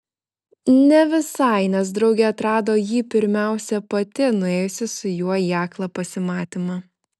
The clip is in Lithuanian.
ne visai nes draugė atrado jį pirmiausia pati nuėjusi su juo į aklą pasimatymą